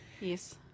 Yes